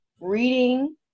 reading